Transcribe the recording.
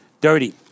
Dirty